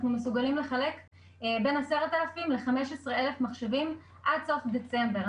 אנחנו מסוגלים לחלק בין 10,000 ל-15,000 מחשבים עד סוף דצמבר.